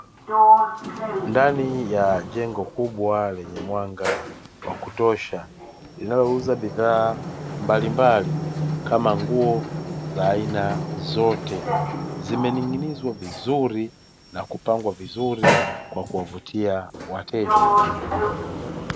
Ndani ya jengo kubwa lenye mwanga wakutosha linalouza bidhaa mbalimbali kama nguo za aina zote zimening'inizwa vizuri na kupangwa vizuri kwa kuwavutia wateja.